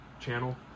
channel